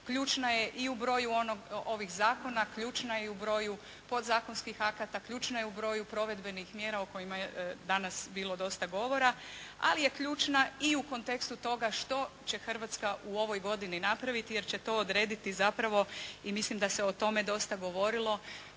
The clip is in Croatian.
ključna je i u broju ovih zakona, ključna je i u broju podzakonskih akata, ključna je u broju provedbenih mjera o kojima je danas bilo dosta govora, ali je ključna i u kontekstu toga što će Hrvatska u ovoj godini napraviti jer će to odrediti zapravo i mislim da se o tome dosta govorilo